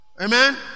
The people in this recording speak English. Amen